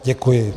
Děkuji.